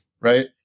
right